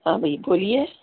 ہاں بھائی بولیے